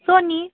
sony